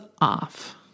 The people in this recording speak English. off